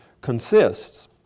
consists